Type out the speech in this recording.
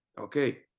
okay